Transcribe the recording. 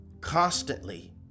constantly